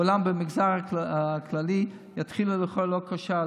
אולם במגזר הכללי יתחילו לאכול לא כשר,